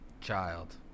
Child